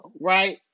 right